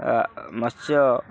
ମତ୍ସ୍ୟ